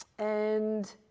and